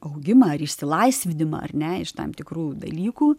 augimą ar išsilaisvinimą ar ne iš tam tikrų dalykų